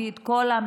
הביא את כל המסמכים,